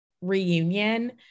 reunion